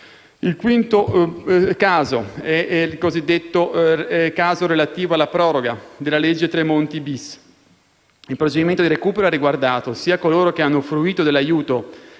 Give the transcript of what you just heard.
Il quinto caso è relativo alla proroga della legge Tremonti-*bis*. Il procedimento di recupero ha riguardato sia coloro che hanno fruito dell'aiuto